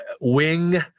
Wing